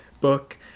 book